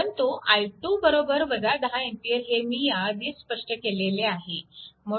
परंतु i2 10 A हे मी आधीच स्पष्ट केलेले आहे